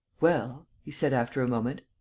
well, he said, after a moment,